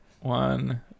one